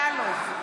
יאלוב,